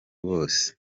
wose